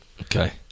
Okay